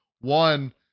One